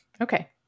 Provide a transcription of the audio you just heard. Okay